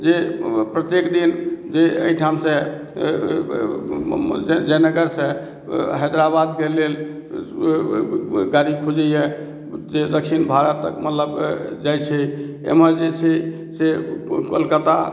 जे प्रत्येक दिन जे एहिठामसँ जयनगरसँ हैदराबादके लेल गाड़ी खुजैए जे दक्षिण भारतके मतलब जाइ छै एमहर जे छै से कलकत्ताके